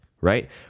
right